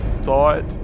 thought